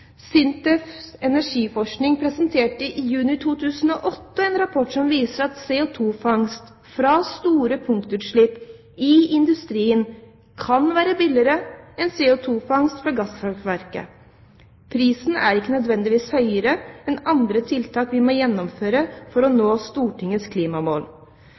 SINTEF Energiforskning presenterte i juni 2008 en rapport som viser at CO2-fangst fra store punktutslipp i industrien kan være billigere enn CO2-fangst fra gasskraftverk. Prisen er ikke nødvendigvis høyere enn andre tiltak vi må gjennomføre for å nå Stortingets klimamål.